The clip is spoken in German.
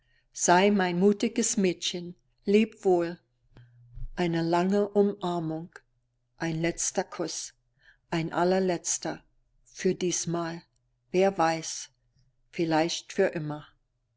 sei mein mutiges mädchen leb wohl eine lange umarmung ein letzter kuß ein allerletzter für diesmal wer weiß vielleicht für immer